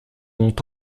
ont